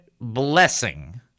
blessing